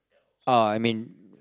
uh I mean